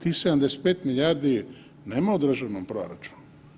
Tih 75 milijardi nema u državnom proračunu.